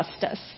justice